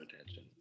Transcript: attention